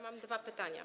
Mam dwa pytania.